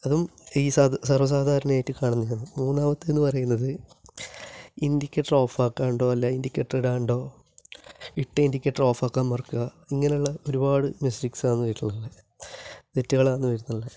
അതും ഈ സര്വ സാധാരണമായിട്ട് കാണുന്നതാണ് മൂന്നാമത്തെ എന്ന് പറയുന്നത് ഇന്ഡിക്കേറ്റര് ഓഫാക്കാണ്ടോ അല്ല ഇന്ഡിക്കേറ്റര് ഇടാണ്ടോ ഇട്ട ഇന്ഡിക്കേറ്റര് ഓഫാക്കാന് മറക്കുക ഇങ്ങനെയുള്ള ഒരുപാട് മിസ്റ്റേക്ക്സ് ആണ് വരുന്നുള്ളത് തെറ്റുകളാണ് വരുത്തുന്നത്